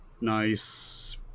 nice